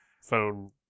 phone